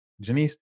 Janice